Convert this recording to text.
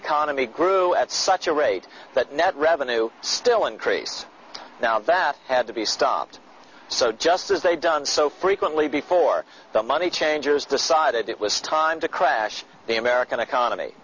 economy grew at such a rate that net revenue still increase now that had to be stopped so just as they've done so frequently before the money changers decided it was time to crash the american economy